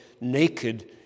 naked